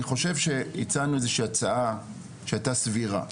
אני חושב שהצענו איזו שהיא הצעה, שהיתה סבירה.